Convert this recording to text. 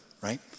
right